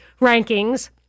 rankings